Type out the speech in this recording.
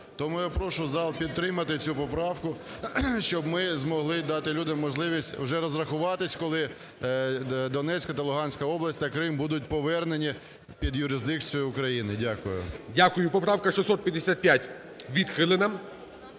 Тому я прошу зал підтримати цю поправку, щоб ми змогли дати людям можливість вже розрахуватися, коли Донецька та Луганська області, та Крим будуть повернені під юрисдикцію України. Дякую. ГОЛОВУЮЧИЙ. Дякую. Поправка 655 відхилена.